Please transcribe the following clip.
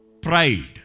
Pride